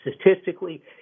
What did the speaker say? statistically